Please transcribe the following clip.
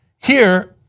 here,